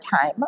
time